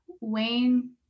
Wayne